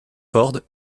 ford